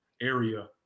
area